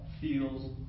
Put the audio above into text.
feels